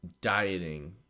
dieting